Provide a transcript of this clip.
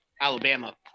Alabama